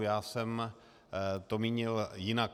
Já jsem to mínil jinak.